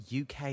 UK